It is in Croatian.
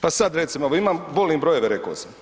Pa sad recimo imam, volim brojeve rekao sam.